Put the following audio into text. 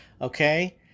Okay